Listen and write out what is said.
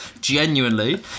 genuinely